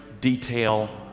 detail